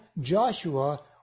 Joshua